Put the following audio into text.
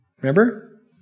Remember